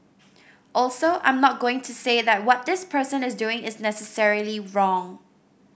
also I'm not going to say that what this person is doing is necessarily wrong